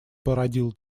породил